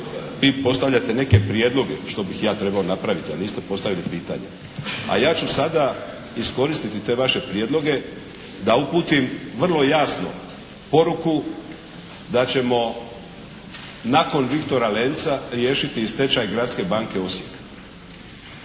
postavljate neke prijedloge, što bih ja trebao napraviti, a niste postavili pitanje. A ja ću sada iskoristiti te vaše prijedloge da uputim vrlo jasno poruku da ćemo nakon "Viktora Lenca" riješiti i stečaj Gradske banke Osijek.